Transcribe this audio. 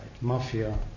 Mafia